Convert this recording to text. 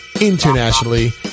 internationally